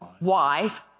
Wife